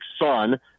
son